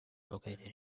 located